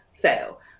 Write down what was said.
fail